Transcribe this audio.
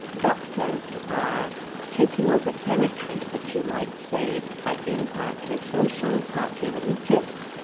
doctors are taking over territory which you might say had been partly social, partly religious,